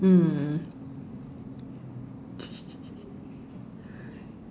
mm